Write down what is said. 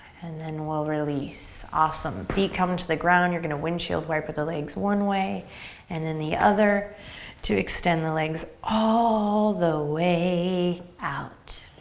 and then we'll release. awesome. feet come to the ground. you're gonna windshield wiper the legs one way and then the other to extend the legs all the way out.